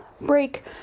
break